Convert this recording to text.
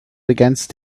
against